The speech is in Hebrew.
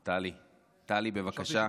טלי, בבקשה.